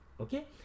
okay